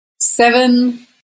seven